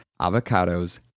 avocados